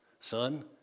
Son